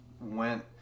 went